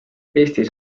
eestis